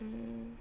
mm